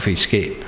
escape